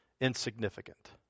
insignificant